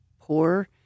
poor